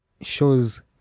shows